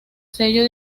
sello